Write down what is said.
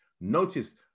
Notice